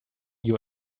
you